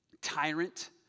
tyrant